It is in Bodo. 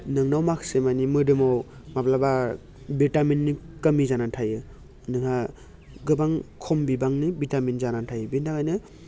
नोंनाव माखासे मानि मोदोमाव माब्लाबा भिटामिननि कमि जानानै थायो नोंहा गोबां खम बिबांनि भिटामिन जानानै थायो बिनि थाखायनो